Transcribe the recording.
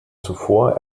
zuvor